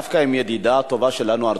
דווקא עם ידידה טובה שלנו,